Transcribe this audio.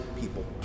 people